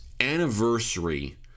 anniversary